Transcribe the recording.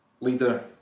leader